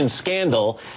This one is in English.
scandal